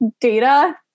data